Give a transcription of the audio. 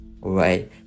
right